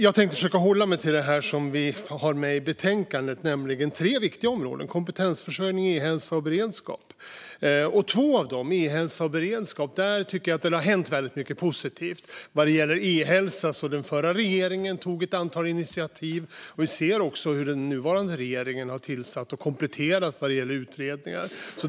Jag tänkte försöka hålla mig till det som betänkandet handlar om, nämligen tre viktiga områden: kompetensförsörjning, e-hälsa och beredskap. På två av dessa områden, e-hälsa och beredskap, tycker jag att det har hänt väldigt mycket positivt. När det gäller e-hälsa tog den förra regeringen ett antal initiativ, och vi ser hur även den nuvarande regeringen har tillsatt och kompletterat utredningar.